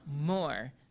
more